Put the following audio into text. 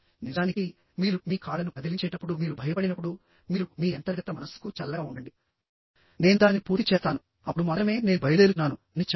నిజానికిమీరు మీ కాళ్ళను కదిలించేటప్పుడు మీరు భయపడినప్పుడు మీరు మీ అంతర్గత మనస్సుకు చల్లగా ఉండండి నేను దానిని పూర్తి చేస్తాను అప్పుడు మాత్రమే నేను బయలుదేరుతున్నాను అని చెప్పండి